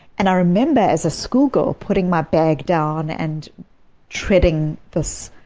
and i remember, as a schoolgirl, putting my bag down and treading this